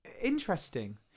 Interesting